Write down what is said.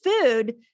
food